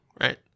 right